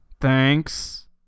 thanks